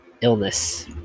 illness